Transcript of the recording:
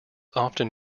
often